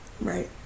Right